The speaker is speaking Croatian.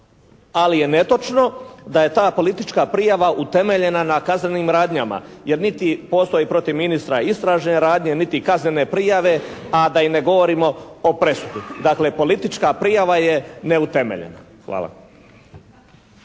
Ali je netočno da je ta politička prijava utemeljena na kaznenim radnjama, jer niti postoji protiv ministra istražne radnje niti kaznene prijave, a da i ne govorimo o presudi. Dakle politička prijava je neutemeljena. Hvala.